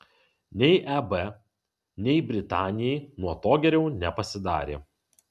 nei eb nei britanijai nuo to geriau nepasidarė